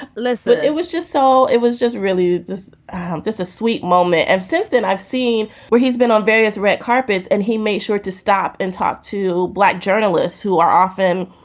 listen, it was just so it was just really just just a sweet moment. ever and since then, i've seen where he's been on various red carpets and he made sure to stop and talk to black journalists who are often,